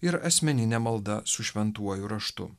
ir asmeninė malda su šventuoju raštu